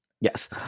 Yes